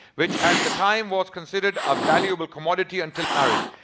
which at the time was considered a valuable commodity until marriage.